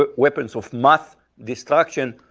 ah weapons of mass destruction,